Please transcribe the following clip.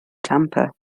tampa